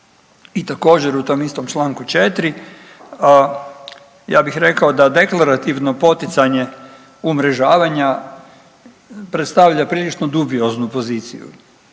i također u tom istom čl. 4.ja bih rekao da deklarativno poticanje umrežavanja predstavlja prilično dubioznu poziciju